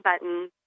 button